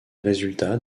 résultats